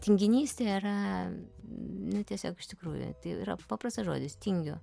tinginystė yra na tiesiog iš tikrųjų tai yra paprastas žodis tingiu